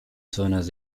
zonas